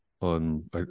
on